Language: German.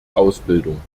ausbildung